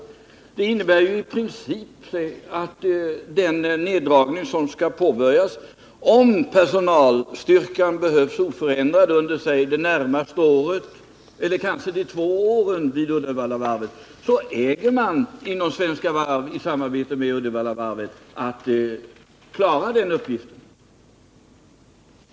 Det innebär ju i princip att om personalstyrkan behålls oförändrad vid Uddevallavarvet, säg det närmaste året eller kanske de två åren, så äger man inom Svenska Varv i samarbete med Uddevallavarvet att klara den uppgiften.